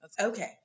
Okay